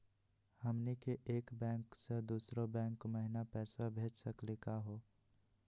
हमनी के एक बैंको स दुसरो बैंको महिना पैसवा भेज सकली का हो?